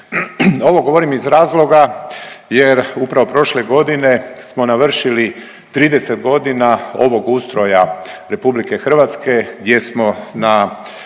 Ovo govorim iz razloga jer upravo prošle godine smo navršili 30 godina ovog ustroja Republike Hrvatske gdje smo na